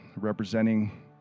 representing